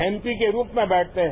MP के रूप में बैठते है